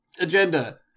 agenda